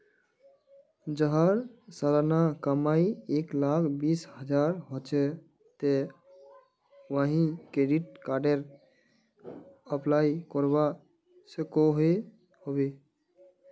जहार सालाना कमाई एक लाख बीस हजार होचे ते वाहें क्रेडिट कार्डेर अप्लाई करवा सकोहो होबे?